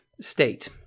state